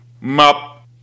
Mop